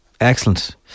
Excellent